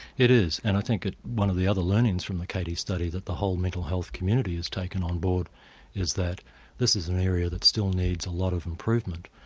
it is and i think ah one of the other learnings from the catie study that the whole mental health community is taking on board is that this is an area that still needs a lot of improvement.